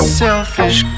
selfish